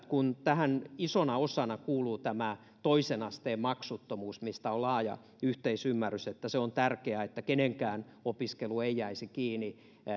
kun tähän isona osana kuuluu tämä toisen asteen maksuttomuus mistä on laaja yhteisymmärrys että on tärkeää että kenenkään opiskelu ei jäisi kiinni